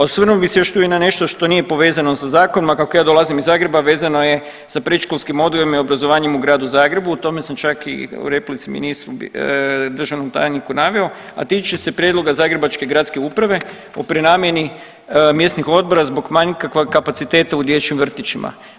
Osvrnuo bi još i na nešto što nije povezano sa zakonom, a kako ja dolazim iz Zagreba vezano je sa predškolskim odgojem i obrazovanje u Gradu Zagrebu, o tome sam čak i u replici ministru, državnom tajniku naveo, a tiče se prijedloga zagrebačke gradske uprave o prenamjeni mjesnih odbora zbog manjka kapaciteta u dječjim vrtićima.